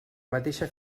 mateixa